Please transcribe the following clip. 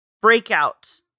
breakout